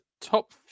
top